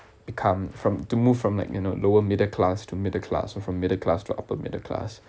become from to move from like you know lower middle class to middle class so from middle class to upper middle class